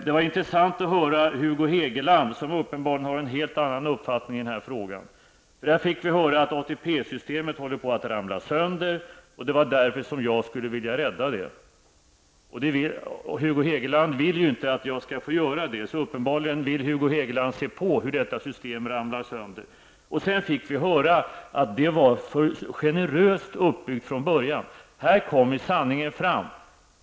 Det var intressant att höra Hugo Hegeland, som uppenbarligen har en helt annan uppfattning i den här frågan. Från honom fick vi höra att ATP systemet håller på att ramla sönder och att jag vill rädda det. Men Hugo Hegeland vill inte att jag skall få göra det, så uppenbarligen vill han se att detta system ramlar sönder. Sedan fick vi höra att systemet var för generöst uppbyggt från början. Här kommer sanningen fram.